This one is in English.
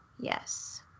yes